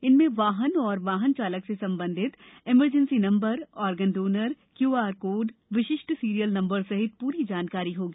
इनमें वाहन एवं वाहन चालक से संबंधित emergency number organ donor QR code विशिष्ट सीरियल नम्बर सहित पूरी जानकारी होगी